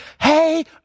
Hey